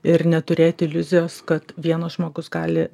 ir neturėti iliuzijos kad vienas žmogus gali